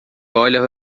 olha